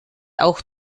auch